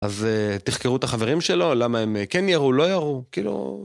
אז תחקרו את החברים שלו, למה הם כן ירו, לא ירו, כאילו...